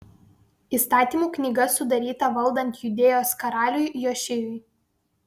įstatymų knyga sudaryta valdant judėjos karaliui jošijui